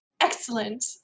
excellent